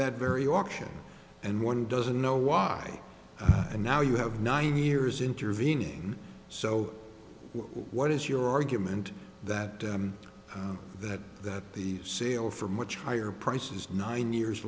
that very option and one doesn't know why and now you have nine years intervening so what is your argument that that that the sale for much higher prices nine years